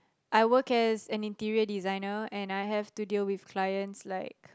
I work as an interior designer and I have to deal with clients like